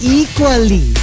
equally